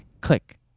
Click